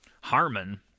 Harmon